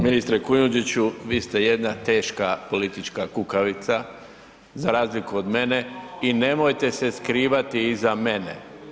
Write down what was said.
Ministre Kujundžiću, vi ste jedna teška politička kukavica, za razliku od mene i nemojte se skrivati iza mene.